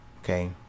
okay